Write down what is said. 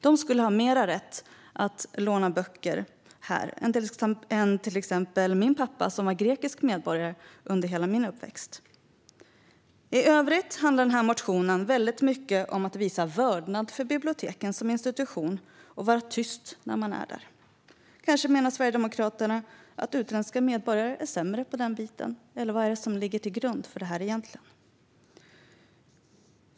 De skulle ha större rätt att låna böcker här än till exempel min pappa, som var grekisk medborgare under hela min uppväxt. I övrigt handlar motionen väldigt mycket om att visa vördnad för biblioteken som institution och vara tyst när man är där. Kanske menar Sverigedemokraterna att utländska medborgare är sämre på den biten, eller vad är det egentligen som ligger till grund för detta?